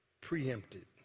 preempted